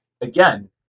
again